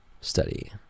Study